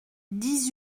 dix